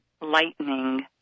lightning